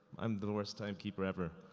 i'm the the worst timekeeper ever.